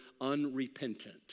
unrepentant